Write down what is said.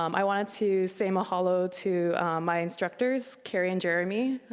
um i wanted to say mahalo to my instructors, carie and jeremy,